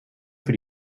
für